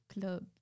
club